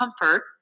comfort